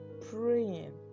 praying